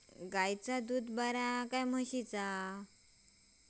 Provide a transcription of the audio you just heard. गायचा दूध बरा काय म्हशीचा?